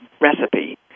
recipe